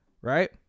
right